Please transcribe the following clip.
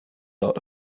dot